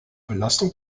belastung